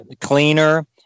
cleaner